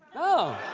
oh.